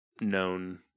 known